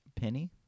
Penny